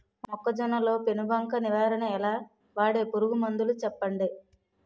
మొక్కజొన్న లో పెను బంక నివారణ ఎలా? వాడే పురుగు మందులు చెప్పండి?